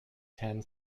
ten